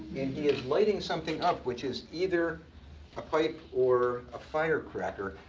and he is lighting something up, which is either a pipe or a firecracker.